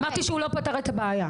אמרתי שהוא לא פתר את הבעיה.